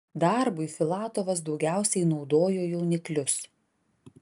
darbui filatovas daugiausiai naudojo jauniklius